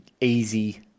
easy